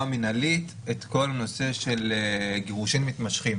מנהלית את כל הנושא של גירושין מתמשכים.